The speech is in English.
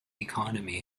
economy